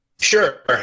Sure